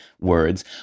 words